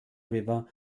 river